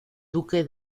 duque